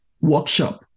workshop